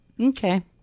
Okay